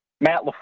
Matt